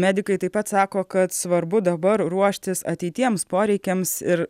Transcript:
medikai taip pat sako kad svarbu dabar ruoštis ateitiems poreikiams ir